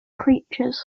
creatures